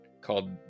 called